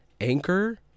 Anchor